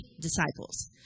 disciples